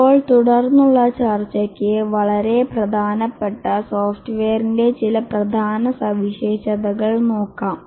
ഇപ്പോൾ തുടർന്നുള്ള ചർച്ചകൾക്ക് വളരെ പ്രധാനപ്പെട്ട സോഫ്റ്റ്വെയറിന്റെ ചില പ്രധാന സവിശേഷതകൾ നോക്കാം